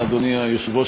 אדוני היושב-ראש,